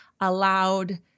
allowed